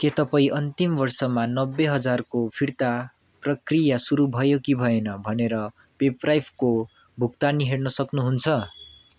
के तपाईँ अन्तिम वर्षमा नब्बे हजारको फिर्ता प्रक्रिया सुरु भयो कि भएन भनेर पेप्राइफको भुक्तानी हेर्न सक्नु हुन्छ